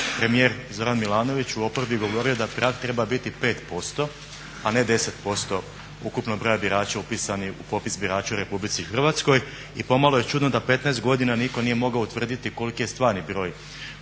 premijer Zoran Milanović u oporbi govorio da prag treba biti 5%, a ne 10% ukupnog broja birača upisanih u popis birača u RH i pomalo je čudno da 15 godina niko nije mogao utvrditi koliko je stvarni broj